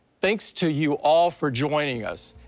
thanks to you all for joining us.